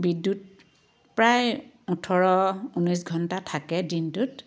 বিদ্য়ুত প্ৰায় ওঠৰ ঊনৈছ ঘণ্টা থাকে দিনটোত